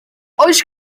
oes